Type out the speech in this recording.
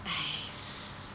!hais!